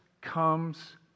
comes